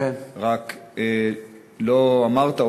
רק לא אמרת,